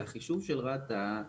החישוב של רת"א,